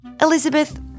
Elizabeth